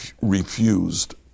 refused